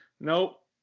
nope